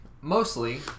Mostly